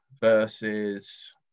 versus